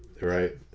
right